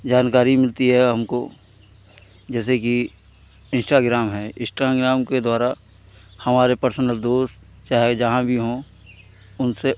जानकारी मिलती है हमको जैसे कि इन्स्टाग्राम इन्स्टाग्राम के द्वारा हमारे पर्सनल दोस्त चाहे जहाँ भी हों उनसे